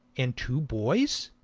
and two boys.